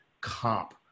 comp